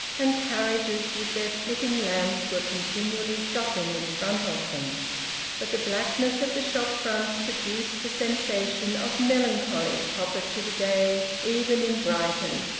and carriages with their flitting lamps were continually stopping in front of them but the blackness of the shop-fronts produced the sensation of melancholy proper to the day even in brighton,